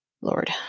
lord